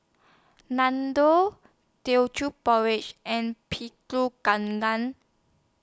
Nam Doll Teochew Porridge and Pulut